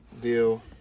deal